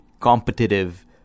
competitive